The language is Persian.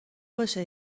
باشه